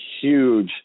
huge